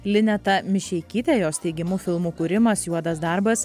lineta mišeikytė jos teigimu filmų kūrimas juodas darbas